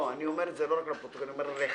לא רק לפרוטוקול אלא אני אומר לך,